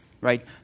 right